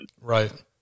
Right